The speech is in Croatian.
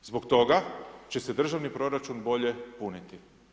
Zbog toga će se državni proračun bolje puniti.